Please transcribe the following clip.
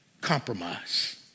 compromise